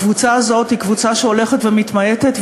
הקבוצה הזאת היא קבוצה שהולכת ומתמעטת,